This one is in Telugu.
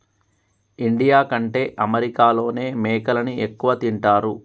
ఇండియా కంటే అమెరికాలోనే మేకలని ఎక్కువ తింటారు